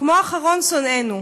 כמו אחרון שונאינו.